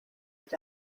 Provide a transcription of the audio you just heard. had